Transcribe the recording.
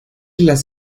las